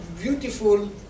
beautiful